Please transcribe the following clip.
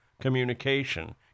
communication